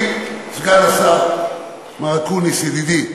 אדוני סגן השר, מר אקוניס ידידי,